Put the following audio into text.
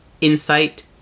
insight